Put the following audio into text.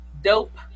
dope